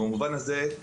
במובן הזה,